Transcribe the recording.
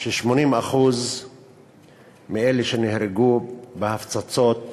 ש-80% מאלה שנהרגו בהפצצות